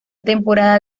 temporada